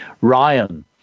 ryan